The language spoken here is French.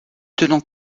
tenant